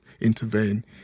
intervene